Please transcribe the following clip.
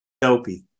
Dopey